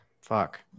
fuck